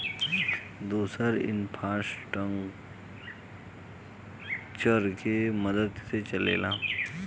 दुसर इन्फ़्रास्ट्रकचर के मदद से चलेला